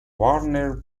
warner